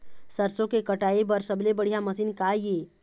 सरसों के कटाई बर सबले बढ़िया मशीन का ये?